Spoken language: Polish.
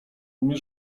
umie